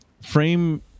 Frame